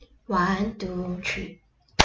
one two three